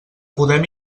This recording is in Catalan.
podem